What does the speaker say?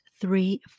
three